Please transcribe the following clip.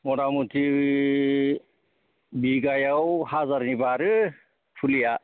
मथा मुथि बिगायाव हाजारनि बारो फुलिआ